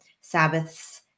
Sabbaths